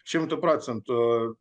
šimtu procentų